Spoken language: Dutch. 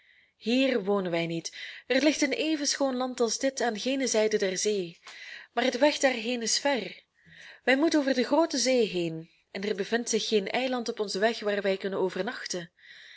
hier wonen wij niet er ligt een even schoon land als dit aan gene zijde der zee maar de weg daarheen is ver wij moeten over de groote zee heen en er bevindt zich geen eiland op onzen weg waar wij kunnen overnachten